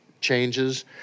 changes